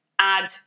add